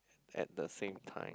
at the same time